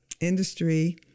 industry